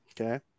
Okay